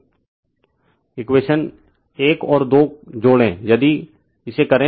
refer slide time 1028 equation 1 और 2 जोड़ें यदि करें